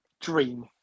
Dream